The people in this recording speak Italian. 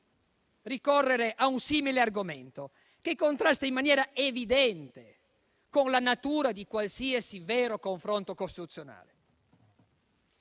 ricorrere a un simile argomento che contrasta in maniera evidente con la natura di qualsiasi vero confronto costituzionale?